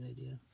idea